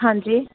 ਹਾਂਜੀ